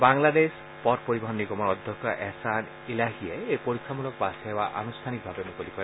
বাংলাদেশ পথ পৰিবহণ নিগমৰ অধ্যক্ষ এহছান ইলাহীয়ে এই পৰীক্ষামূলক বাছসেৱা আনুষ্ঠানিকভাৱে মুকলি কৰে